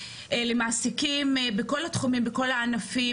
למעסיקים בכל התחומים ובכל הענפים,